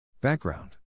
Background